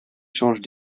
changent